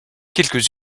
quelques